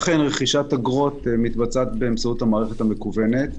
אכן רכישת אגרות מתבצעת באמצעות המערכת המקוונת.